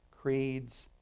creeds